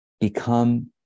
become